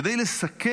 כדי לסכל